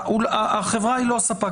החברה היא לא ספק